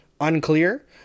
unclear